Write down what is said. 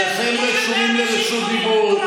שניכם רשומים לרשות דיבור.